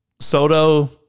Soto